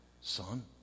son